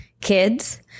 kids